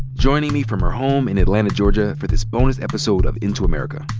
joining me from her home in atlanta, georgia for this bonus episode of into america.